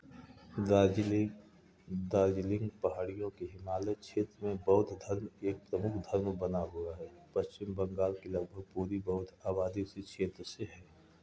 दार्जिलिंग दार्जिलिंग पहाड़ियों के हिमालय क्षेत्र में बौद्ध धर्म एक प्रमुख धर्म बना हुआ है पश्चिम बंगाल की लगभग पूरी बौद्ध आबादी उसी क्षेत्र से है